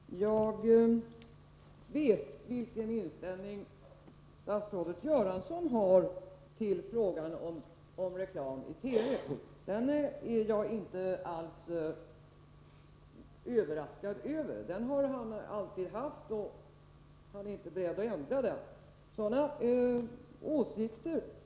Herr talman! Jag vet vilken inställning statsrådet Göransson har till frågan om reklam i TV. Den är jag inte alls överraskad över. Den har han alltid haft, och han är inte beredd att ändra den.